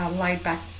laid-back